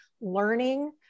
learning